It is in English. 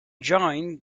joined